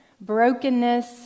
brokenness